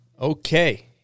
Okay